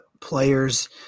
players